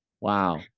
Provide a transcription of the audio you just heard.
Wow